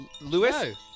Lewis